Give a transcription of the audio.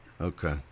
Okay